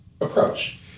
approach